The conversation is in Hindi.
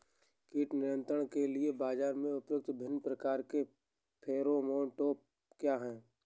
कीट नियंत्रण के लिए बाजरा में प्रयुक्त विभिन्न प्रकार के फेरोमोन ट्रैप क्या है?